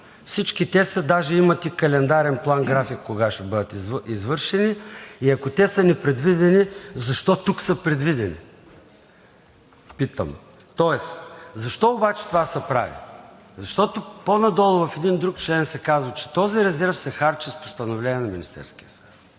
Всички те даже имат и календарен план-график кога ще бъдат извършени. И ако те са непредвидени, питам: защо тук са предвидени? Защо обаче това се прави? Защото по-надолу в един друг член се казва, че този резерв се харчи с постановление на Министерския съвет.